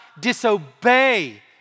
disobey